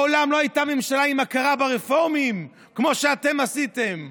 מעולם לא הייתה ממשלה עם הכרה ברפורמים כמו שאתם עשיתם,